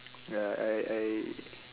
ya I I